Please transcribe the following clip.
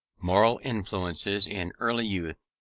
moral influences in early youth.